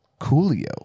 Coolio